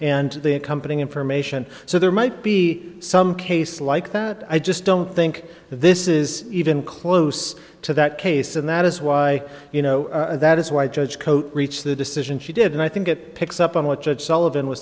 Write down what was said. and the accompanying information so there might be some case like that i just don't think this is even close to that case and that is why you know that is why judge cote reached the decision she did and i think it picks up on what judge sullivan was